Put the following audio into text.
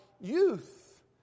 youth